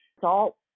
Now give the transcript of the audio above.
salt